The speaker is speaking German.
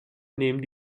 nehmen